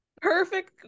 Perfect